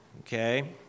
okay